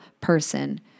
person